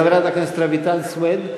חברת הכנסת רויטל סויד.